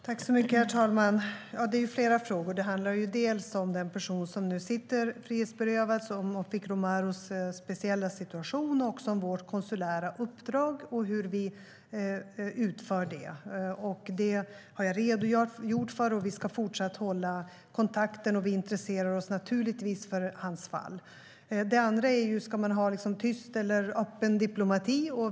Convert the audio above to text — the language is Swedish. Herr talman! Det är flera frågor. Dels handlar det om den person som nu sitter frihetsberövad, om Fikru Marus speciella situation och också om vårt konsulära uppdrag och hur vi utför det. Det har jag redogjort för, och vi ska fortsatt hålla kontakten. Vi intresserar oss naturligtvis för hans fall. Dels handlar det om tyst eller öppen diplomati.